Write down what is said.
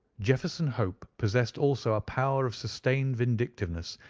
jefferson hope possessed also a power of sustained vindictiveness,